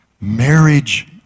Marriage